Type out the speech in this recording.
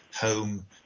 home